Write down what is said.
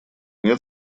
нет